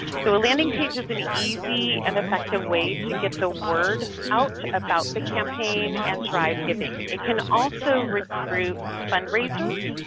so a landing page is an easy and effective way to get the word out about the campaign and drive giving. it can also recruit fundraisers,